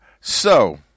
So-